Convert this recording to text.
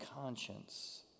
conscience